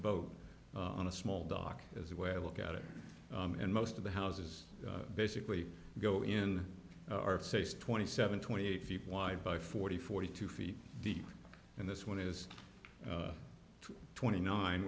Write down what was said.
boat on a small dock is the way i look at it and most of the houses basically go in are safe twenty seven twenty eight feet wide by forty forty two feet deep and this one is two twenty nine